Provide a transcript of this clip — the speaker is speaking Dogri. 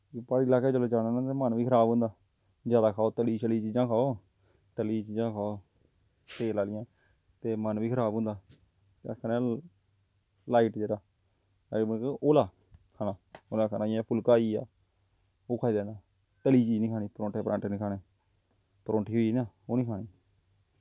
कि प्हाड़ी लाह्कै च जिसलै जाना ते मन बी खराब होंदा जादा खाओ तली शली दियां चीज़ां खाओ तली दियां चीज़ां खाओ तेल आहलियां ते मन बी खराब होंदा ते अपना बी लाईट जेह्ड़ा मतलब कि हौला खाना हौला खाना जियां फुल्का आई गेआ ओह् खाई लैना तली दी चीज़ निं खानी पराठां परूंठा निं खाने परौंठी होई गेई ना ओह् निं खानी